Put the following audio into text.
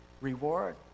reward